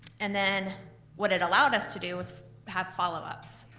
and then what it allowed us to do is have followups.